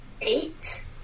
eight